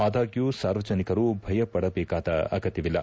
ಆದಾಗ್ಯೂ ಸಾರ್ವಜನಿಕರು ಭಯಪಡಬೇಕಾದ ಆಗತ್ಕವಿಲ್ಲ